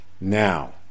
Now